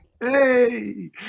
hey